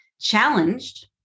challenged